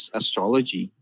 astrology